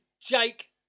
Jake